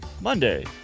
Monday